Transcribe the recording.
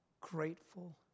grateful